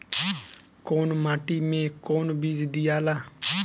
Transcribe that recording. कौन माटी मे कौन बीज दियाला?